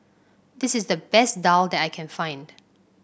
this is the best daal that I can find